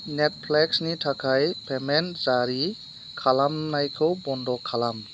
नेटफ्लिक्सनि थाखाय पेमेन्ट जारि खालामनायखौ बन्द' खालाम